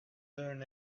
learn